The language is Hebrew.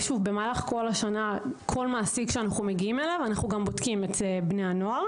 שוב, במהלך כל השנה אנחנו גם בודקים את בני הנוער